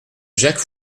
jacques